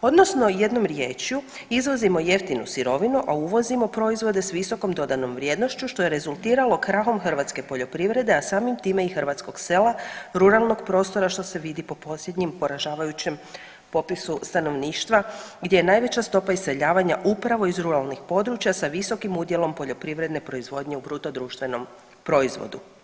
odnosno jednom riječju izvozimo jeftinu sirovinu, a uvozimo proizvode s visokom dodanom vrijednošću što je rezultiralo krahom hrvatske poljoprivrede, a samim time i hrvatskog sela, ruralnog prostora što se vidi po posebnim poražavajućem popisu stanovništva gdje je najveća stopa iseljavanja upravo iz ruralnih područja sa visokim udjelom poljoprivredne proizvodnje u BDP-u.